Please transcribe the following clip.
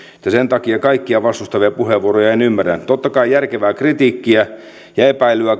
sen takia kaikkia vastustavia puheenvuoroja en ymmärrä totta kai järkevää kritiikkiä ja epäilyä